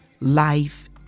life